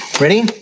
Ready